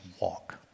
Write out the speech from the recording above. walk